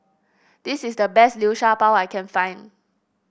this is the best Liu Sha Bao I can find